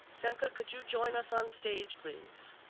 femca, could you join us onstage please?